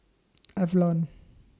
Avalon